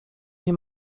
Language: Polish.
nie